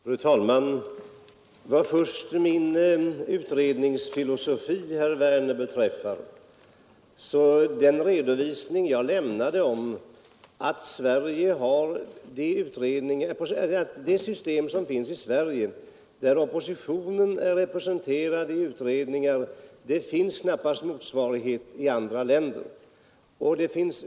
Fru talman! Först vill jag vända mig till herr Werner beträffande min utredningsfilosofi. Den redovisning jag lämnade rörde det system som finns i Sverige, där oppositionen är representerad i utredningar. Det finns knappast motsvarighet till detta i andra länder.